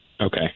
Okay